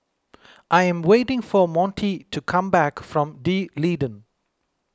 I am waiting for Monty to come back from D'Leedon